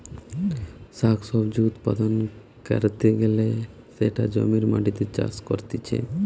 শাক সবজি উৎপাদন ক্যরতে গ্যালে সেটা জমির মাটিতে চাষ করতিছে